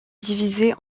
divisés